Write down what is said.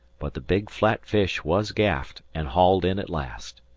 but the big flat fish was gaffed and hauled in at last.